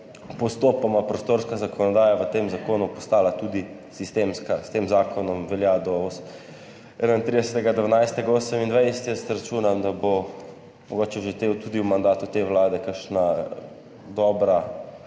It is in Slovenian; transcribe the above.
postopoma prostorska zakonodaja v tem zakonu postala tudi sistemska. S tem zakonom velja do 31. 12. 2028. Jaz računam, da bo mogoče že v mandatu te vlade kakšen dober